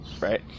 right